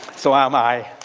so am i.